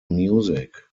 music